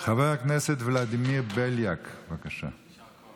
חבר הכנסת ולדימיר בליאק, בבקשה.